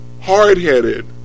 hard-headed